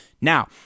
Now